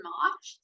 March